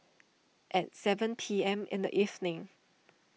at seven P M in the evening